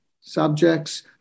subjects